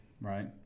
Right